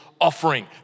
offering